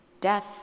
death